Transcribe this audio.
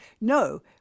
No